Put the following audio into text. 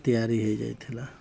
ତିଆରି ହେଇଯାଇଥିଲା